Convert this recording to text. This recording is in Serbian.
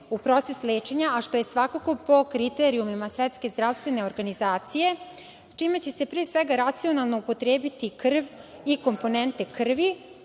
u proces lečenja, a što je svakako po kriterijumima Svetske zdravstvene organizacije, čime će se pre svega racionalno upotrebiti krv i komponente krvi